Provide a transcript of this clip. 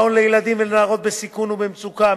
מעון לילדים ולנערות בסיכון ובמצוקה,